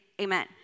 amen